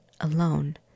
alone